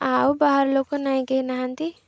ଆଉ ବାହାର ଲୋକ ନାଇଁ କେହି ନାହାନ୍ତି